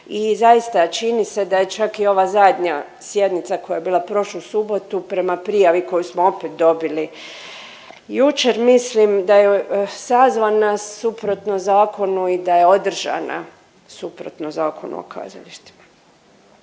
I zaista čini se da je čak i ova zadnja sjednica koja je bila prošlu subotu prema prijavi koju smo opet dobili jučer mislim da je sazvana suprotno zakonu i da je održana suprotno Zakonu o kazalištima.